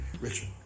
Richard